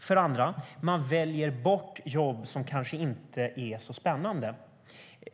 För det andra väljer man bort jobb som kanske inte är så spännande.